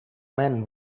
men